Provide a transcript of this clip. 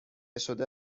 شده